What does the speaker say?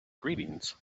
greetings